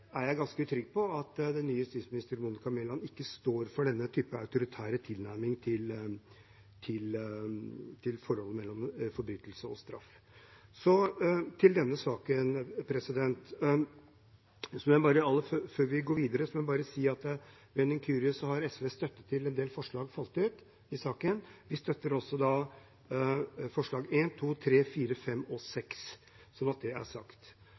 jeg er ganske trygg på at den nye justisministeren, Monica Mæland, ikke står for denne typen autoritær tilnærming til forholdet mellom forbrytelse og straff. Før vi går videre, må jeg bare si at ved en inkurie har SVs støtte til en del forslag falt ut i saken. Vi støtter også forslagene nr. 1, 2, 3, 4, 5 og 6 – slik at det er sagt.